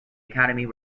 academy